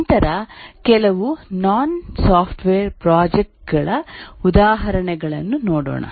ನಂತರ ಕೆಲವು known software project ಗಳ ಉದಾಹರಣೆಗಳನ್ನು ನೋಡೋಣ